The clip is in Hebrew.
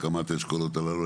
הקמת האשכולות הללו.